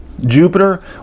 Jupiter